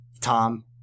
Tom